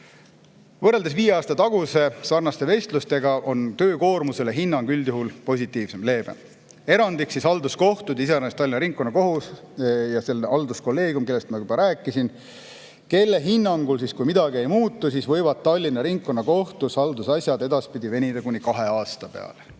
Võrreldes viie aasta taguste sarnaste vestlustega on hinnang töökoormusele üldjuhul positiivsem, leebem. Erandiks on halduskohtud, iseäranis Tallinna Ringkonnakohus ja selle halduskolleegium, kellest ma juba rääkisin. Nende hinnangul, kui midagi ei muutu, võivad Tallinna Ringkonnakohtus haldusasjad edaspidi venida kuni kahe aasta peale.